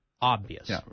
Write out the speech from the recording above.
obvious